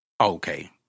okay